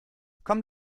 komm